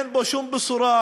אין בו שום בשורה.